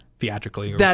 theatrically